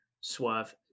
Swerve